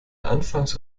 anfangs